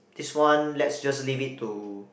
this one lets just leave it to